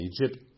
Egypt